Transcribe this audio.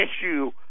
issue